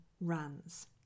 runs